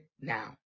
now